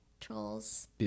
trolls